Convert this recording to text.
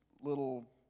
little